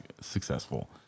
successful